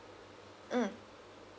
mm